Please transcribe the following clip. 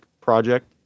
project